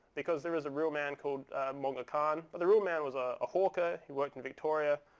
because there is a real man called monga khan. but the real man was ah a hawkers. he worked in victoria.